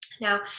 Now